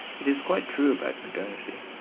it is quite true about modernity.